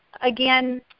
again